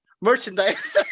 merchandise